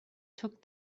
took